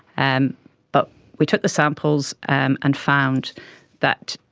and but we took the samples um and found that